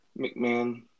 McMahon